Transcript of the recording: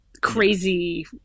crazy